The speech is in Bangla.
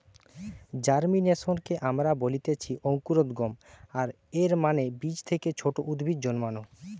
জার্মিনেশনকে আমরা বলতেছি অঙ্কুরোদ্গম, আর এর মানে বীজ থেকে ছোট উদ্ভিদ জন্মানো